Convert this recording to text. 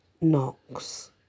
Nox